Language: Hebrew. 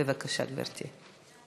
בבקשה, גברתי.